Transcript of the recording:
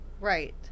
Right